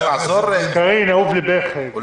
לעניין חוק-היסוד.